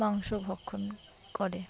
মাংস ভক্ষণ করে